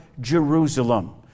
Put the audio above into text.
Jerusalem